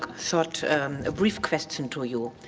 sort of brief question to you.